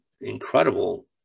incredible